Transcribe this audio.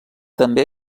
també